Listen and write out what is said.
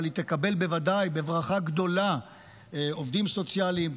אבל היא תקבל בוודאי בברכה גדולה עובדים סוציאליים,